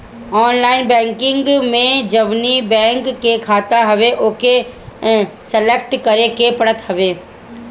online banking में जवनी bank के खाता हवे ओके सलेक्ट करे के पड़त हवे